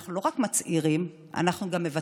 אנחנו לא רק מצהירים, אנחנו גם מבצעים.